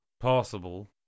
possible